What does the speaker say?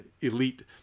elite